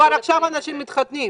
כבר עכשיו אנשים מתחתנים.